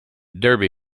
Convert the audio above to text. derby